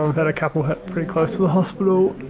we've had a couple hit pretty close to the hospital,